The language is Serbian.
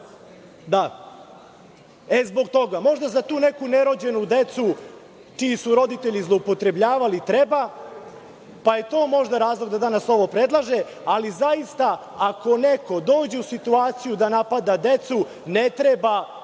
tu mogućnost. Možda za tu neku nerođenu decu čiji su roditelji zloupotrebljavali treba, pa je to možda razlog da danas ovo predlaže, ali zaista ako neko dođe u situaciju da napada decu, ne treba